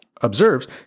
observes